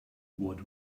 what